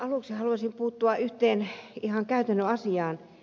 aluksi haluaisin puuttua yhteen ihan käytännön asiaan